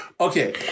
Okay